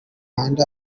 handi